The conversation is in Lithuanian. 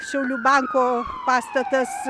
šiaulių banko pastatas